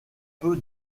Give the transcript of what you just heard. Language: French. peu